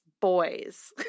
boys